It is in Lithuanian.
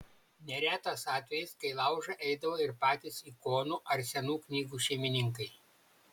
neretas atvejis kai į laužą eidavo ir patys ikonų ar senų knygų šeimininkai